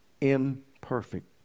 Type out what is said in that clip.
imperfect